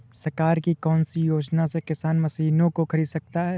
सरकार की कौन सी योजना से किसान मशीनों को खरीद सकता है?